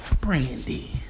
brandy